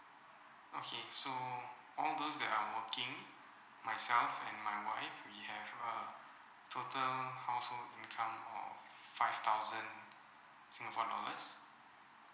okay so all those that are working myself and my wife we have a total household income of five thousand singapore dollars